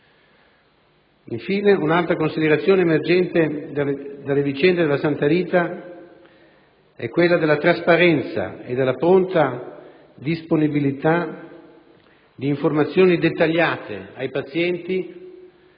Infine, un'altra considerazione emergente dalle vicende della casa di cura Santa Rita è quella della trasparenza e della pronta disponibilità di informazioni dettagliate ai pazienti